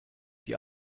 die